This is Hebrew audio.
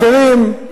אחרים,